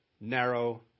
narrow